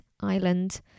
Island